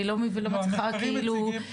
אני לא מצליחה להבין.